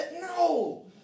no